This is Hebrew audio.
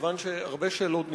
כיוון שהרבה שאלות נשאלו,